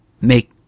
make